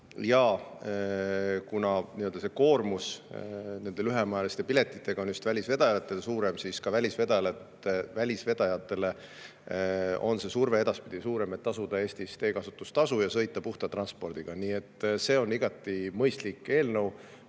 Ja kuna koormus lühemaajaliste piletite puhul on just välisvedajatel suurem, siis välisvedajatele on see surve ka edaspidi suurem, et tasuda Eestis teekasutustasu ja sõita puhta transpordiga. Nii et see on igati mõistlik eelnõu,